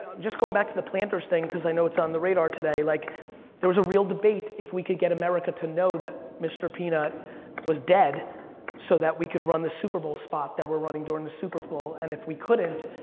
just going back to the planters thing cause i know it's on the radar today, like there was a real debate if we could get america to know that mr. peanut was dead so that we could run the super bowl spot that were running during the super bowl, and if we couldn't,